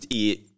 eat